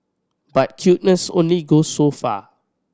but cuteness only goes so far